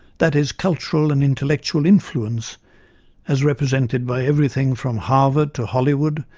that is, cultural and intellectual influence as represented by everything from harvard to hollywood,